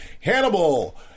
Hannibal